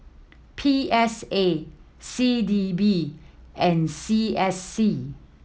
P S A C D B and C S C